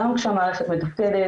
גם כשהמערכת מתפקדת,